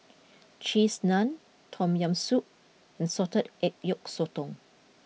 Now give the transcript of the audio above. Cheese Naan Tom Yam Soup and Salted Egg Yolk Sotong